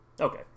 Okay